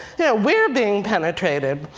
yeah we're being penetrated.